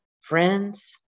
friends